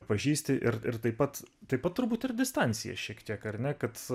pažįsti ir ir taip pat taip pat turbūt ir distancija šiek tiek ar ne kad